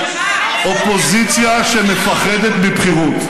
אופוזיציה שמפחדת מבחירות.